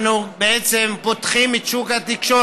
אנחנו פותחים את שוק התקשורת,